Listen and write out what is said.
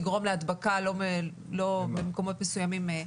זה עלול ליצור עומס מאוד גדול וזה עלול לגרום להדבקה במקומות מסוימים.